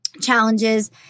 challenges